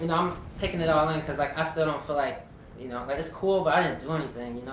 and i'm taking it all in cause i i still don't feel like you know but it's cool but i didn't do anything.